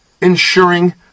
ensuring